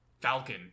Falcon